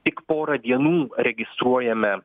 tik pora dienų registruojame